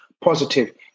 positive